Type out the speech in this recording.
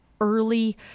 early